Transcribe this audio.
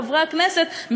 חברי הכנסת,